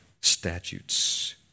statutes